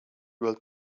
will